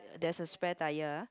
there's a spare tire